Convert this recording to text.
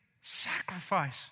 sacrifice